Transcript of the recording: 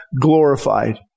glorified